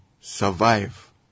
survive